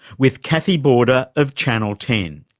with cathy border of channel ten.